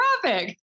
traffic